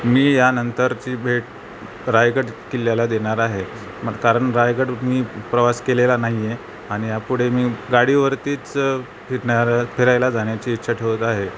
मी यानंतरची भेट रायगड किल्ल्याला देणार आहे म कारण रायगड मी प्रवास केलेला नाही आहे आणि या पुढे मी गाडीवरतीच फिरन फिरायला जाण्याची इच्छा ठेवत आहे